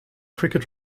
cricket